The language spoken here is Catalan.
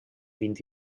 vint